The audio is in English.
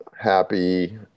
happy